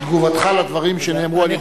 תגובתך לדברים שנאמרו על-ידי,